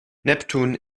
neptun